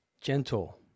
gentle